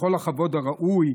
בכל הכבוד הראוי,